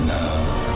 now